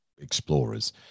explorers